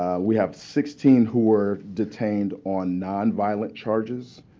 we have sixteen who were detained on nonviolent charges.